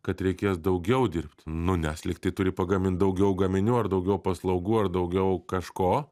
kad reikės daugiau dirbt nu nes lygtai turi pagamint daugiau gaminių ar daugiau paslaugų ar daugiau kažko